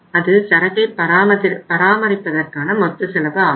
அது சரக்கை பராமரிப்பதற்கான மொத்த செலவு ஆகும்